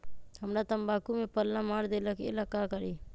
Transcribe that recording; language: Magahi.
हमरा तंबाकू में पल्ला मार देलक ये ला का करी?